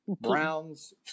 Browns